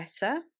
better